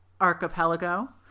archipelago